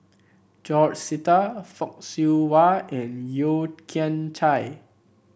George Sita Fock Siew Wah and Yeo Kian Chai